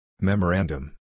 Memorandum